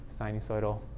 sinusoidal